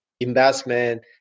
investment